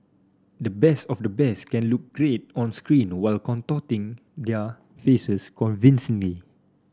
the best of the best can look great on screen while contorting their faces convincingly